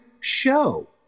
show